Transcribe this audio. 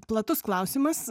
platus klausimas